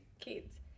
kids